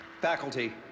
faculty